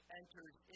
enters